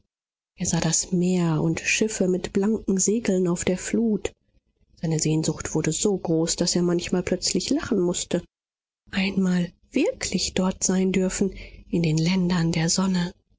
er sah das meer und schiffe mit blanken segeln auf der flut seine sehnsucht wurde so groß daß er manchmal plötzlich lachen mußte einmal wirklich dort sein dürfen in den ländern der sonne